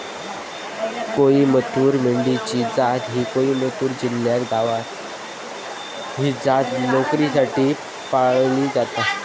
कोईमतूर मेंढी ची जात ही कोईमतूर जिल्ह्यातच गावता, ही जात लोकरीसाठी पाळली जाता